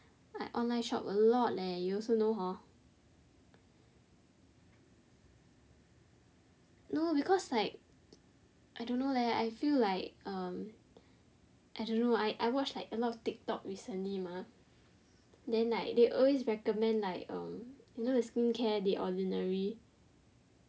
I online shop a lot leh you also know hor no because like I don't know leh I feel like um I don't know I I watch a lot of Tiktok recently mah then like they always recommend like um you know the skincare the ordinary